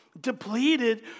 Depleted